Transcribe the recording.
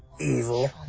evil